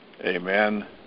Amen